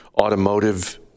automotive